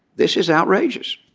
this is outrageous.